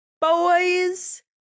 Boys